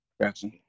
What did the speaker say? Gotcha